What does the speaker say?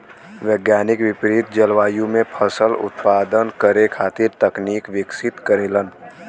वैज्ञानिक विपरित जलवायु में फसल उत्पादन करे खातिर तकनीक विकसित करेलन